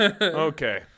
Okay